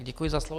Děkuji za slovo.